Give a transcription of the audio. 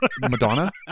Madonna